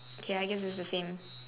okay I guess it's the same